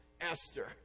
Esther